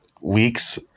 weeks